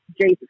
Jesus